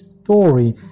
story